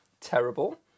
terrible